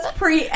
pre